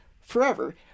forever